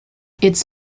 its